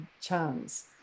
chance